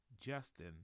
Justin